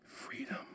freedom